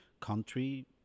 country